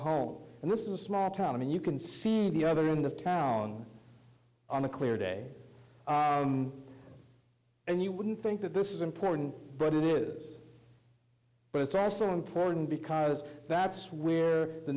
home and this is a small town and you can see the other end of town on a clear day and you wouldn't think that this is important but it is but it's also important because that's